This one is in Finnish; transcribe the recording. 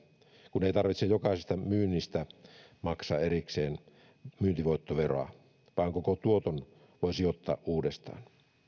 kun ei tarvitse jokaisesta myynnistä maksaa erikseen myyntivoittoveroa vaan koko tuoton voi sijoittaa uudestaan